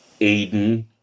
Aiden